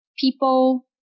people